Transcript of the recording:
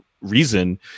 reason